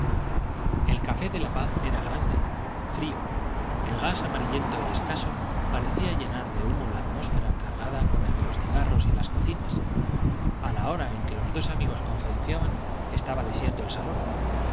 el café de la paz era grande frío el gas amarillento y escaso parecía llenar de humo la atmósfera cargada con el de los cigarros y las cocinas a la hora en que los dos amigos conferenciaban estaba desierto el salón los